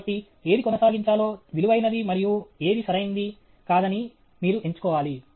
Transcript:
కాబట్టి ఏది కొనసాగించాలో విలువైనది మరియు ఏది సరైంది కాదని మీరు ఎంచుకోవాలి